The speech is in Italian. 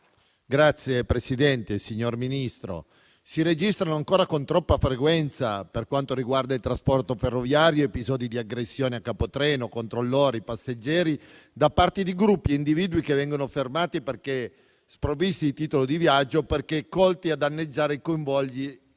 Signor Presidente, signor Ministro, si registrano ancora con troppa frequenza, per quanto riguarda il trasporto ferroviario, episodi di aggressioni a capitreno, controllori e passeggeri da parte di gruppi e individui che vengono fermati perché sprovvisti di titolo di viaggio o perché colti a danneggiare i convogli